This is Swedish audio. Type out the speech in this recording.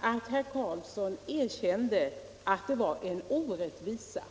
att herr Karlsson i Ronneby erkände att här förelåg en orättvisa.